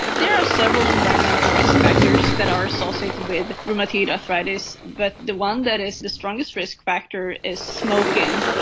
there are several environmental risk factors that are associated with rheumatoid arthritis, but the one that is the strongest risk factor is smoking.